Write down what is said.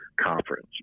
conference